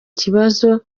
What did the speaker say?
kibazo